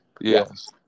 Yes